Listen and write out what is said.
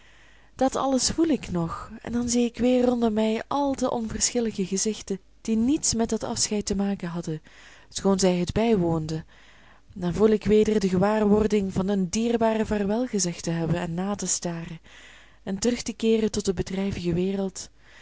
dat alles voel ik nog en dan zie ik weer rondom mij al de onverschillige gezichten die niets met dat afscheid te maken hadden schoon zij het bijwoonden en dan voel ik weder de gewaarwording van eenen dierbaren vaarwel gezegd te hebben en na te staren en terug te keeren tot de bedrijvige wereld